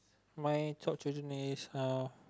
my top children is uh